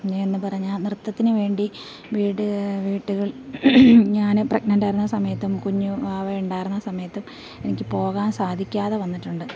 പറഞ്ഞാൽ നൃത്തത്തിനു വേണ്ടി വീട് വീട്ടുകൾ ഞാന് പ്രെഗ്നെൻറ്റായിരുന്ന സമയത്തും കുഞ്ഞു വാവ ഉണ്ടായിരുന്ന സമയത്തും എനിക്ക് പോകാൻ സാധിക്കാതെ വന്നിട്ടുണ്ട്